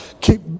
keep